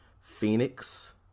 Phoenix